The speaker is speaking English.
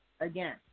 again